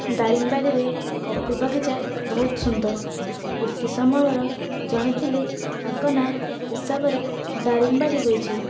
ଦାରିଙ୍ଗ୍ବାଡ଼ିରେ coffee ବଗିଚା ବହୁତ ସୁନ୍ଦର ବ୍ରିଟିଶ ଅମଳର ଜଣେ ଥିଲେ ତାଙ୍କ ନାଁ ହିସାବରେ ଦାରିଙ୍ଗ୍ବାଡ଼ି ହୋଇଛି